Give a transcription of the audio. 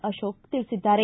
ಅಶೋಕ ತಿಳಿಸಿದ್ದಾರೆ